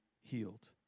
healed